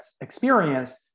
experience